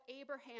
Abraham